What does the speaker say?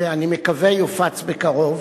שאני מקווה שיופץ בקרוב.